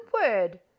word